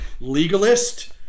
legalist